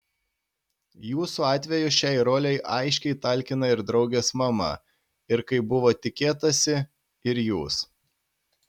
jūsų atveju šiai rolei aiškiai talkina ir draugės mama ir kaip buvo tikėtasi ir jūs